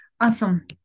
Awesome